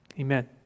Amen